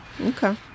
okay